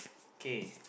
okay